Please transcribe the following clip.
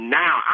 now